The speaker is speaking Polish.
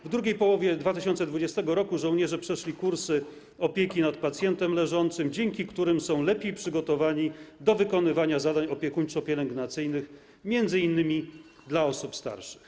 W drugiej połowie 2020 r. żołnierze przeszli kursy opieki nad pacjentem leżącym, dzięki czemu są lepiej przygotowani do wykonywania zadań opiekuńczo-pielęgnacyjnych, m.in. na rzecz osób starszych.